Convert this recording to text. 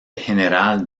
general